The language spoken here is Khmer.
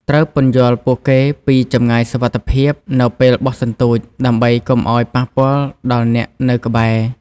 ត្រូវពន្យល់ពួកគេពី ចម្ងាយសុវត្ថិភាព នៅពេលបោះសន្ទូច ដើម្បីកុំឱ្យប៉ះពាល់ដល់អ្នកនៅក្បែរ។